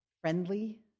friendly